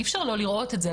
אי אפשר לא לראות את זה.